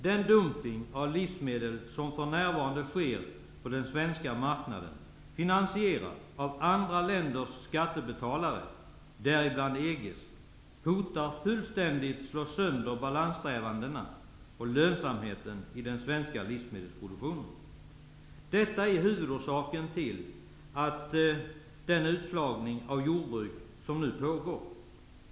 Den dumpning av livsmedel som för närvarande sker på den svenska marknaden finansieras av andra länders skattebetalare, däribland EG:s, och hotar att fullständigt slå sönder balanssträvandena och lönsamheten i den svenska livsmedelsproduktionen. Detta är en av huvudorsakerna till att den utslagning av jordbruk som nu pågår.